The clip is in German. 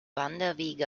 wanderwege